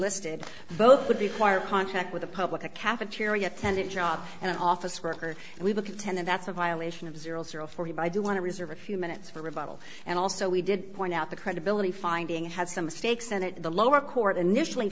listed both would require contact with the public a cafeteria attendant job and an office worker and we look at ten and that's a violation of zero zero for you but i do want to reserve a few minutes for rebuttal and also we did point out the credibility finding had some mistakes and at the lower court initially